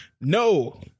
No